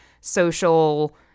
social